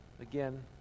again